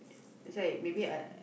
that's why maybe I